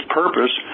purpose